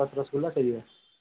बस रसगुल्ला चाहिए